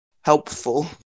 helpful